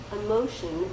emotion